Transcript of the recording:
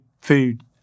Food